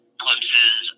glimpses